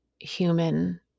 human